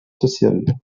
social